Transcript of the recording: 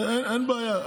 אין בעיה.